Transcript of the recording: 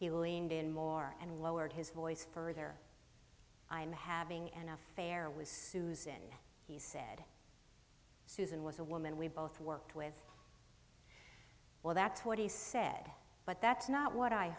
he leaned in more and lowered his voice further i am having an affair was susan he said susan was a woman we both worked with well that's what he said but that's not what i